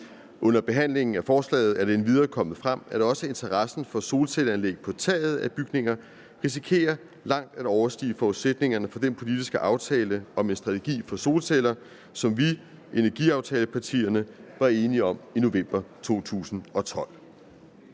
Under behandlingen af forslaget er det endvidere kommet frem, at også interessen for solcelleanlæg på taget af bygninger risikerer langt at overstige forudsætningerne for den politiske aftale om en strategi for solceller, som vi, energiaftalepartierne, var enige om i november 2012.